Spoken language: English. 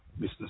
Mr